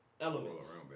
elements